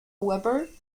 webber